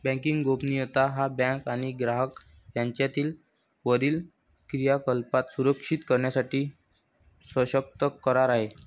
banking गोपनीयता हा bank आणि ग्राहक यांच्यातील वरील क्रियाकलाप सुरक्षित करण्यासाठी सशर्त करार आहे